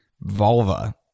vulva